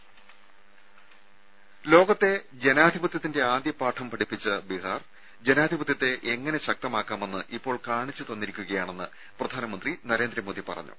രും ലോകത്തെ ജനാധിപത്യത്തിന്റെ ആദ്യ പാഠം പഠിപ്പിച്ച ബീഹാർ ജനാധിപത്യത്തെ എങ്ങനെ ശക്തമാക്കാമെന്ന് ഇപ്പോൾ കാണിച്ച് തന്നിരിക്കുകയാണെന്ന് പ്രധാനമന്ത്രി നരേന്ദ്രമോദി പറഞ്ഞു